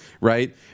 right